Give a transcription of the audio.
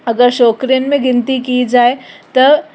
अगरि छोकिरियुनि में गिनती की जाए त